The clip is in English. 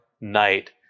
night